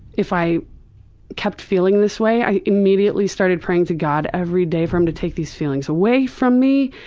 if i kept feeling this way. i immediately started praying to god every day for him to take these feelings away from me.